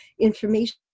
information